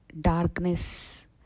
darkness